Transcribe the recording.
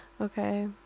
Okay